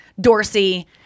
Dorsey